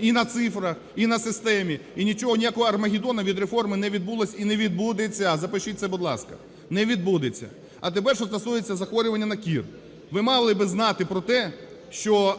і на цифрах, і на системі, і нічого, і ніякого Армагеддона від реформи не відбулося і не відбудеться, запишіть це, будь ласка. Не відбудеться. А тепер, що стосується захворювання на кір. Ви мали б знати про те, що